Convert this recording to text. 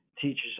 teaches